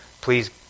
please